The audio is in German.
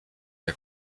der